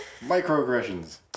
Microaggressions